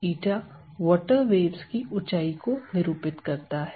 𝜼 water waves की ऊंचाई को निरूपित करता है